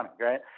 right